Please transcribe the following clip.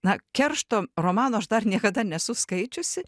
na keršto romano aš dar niekada nesu skaičiusi